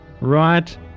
Right